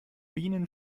bienen